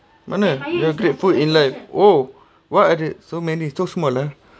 mana you're grateful in life orh what are the so many so small ah